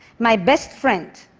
my best friend,